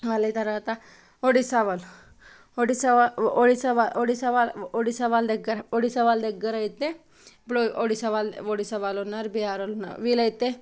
మళ్ళీ తర్వాత ఒడిస్సా వాళ్ళు ఒడిస్సా వా ఒడిస్సా వా ఒడిస్సా వా ఒడిస్సా వాళ్ళ దగ్గరైతే ఇప్పుడు ఒడిస్సా వాళ్ళ ఒడిస్సా వాళ్ళున్నారు బీహార్ ఉన్నారు వీళ్ళైతే